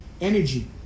energy